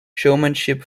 showmanship